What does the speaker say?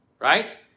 right